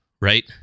right